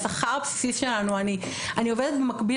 והשכר הבסיסי שלנו אני עובדת במקביל